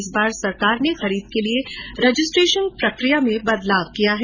इस बार सरकार ने खरीद के लिए रजिस्ट्रेशन प्रक्रिया में बदलाव किया है